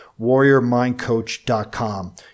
WarriorMindCoach.com